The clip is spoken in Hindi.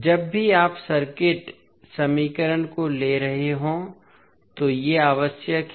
जब भी आप सर्किट समीकरण को ले कर रहे हों तो ये आवश्यक हैं